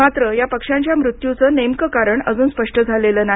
मात्र या पक्षांच्या मृत्युचं नेमकं कारण अजून स्पष्ट झालेलं नाही